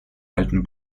alten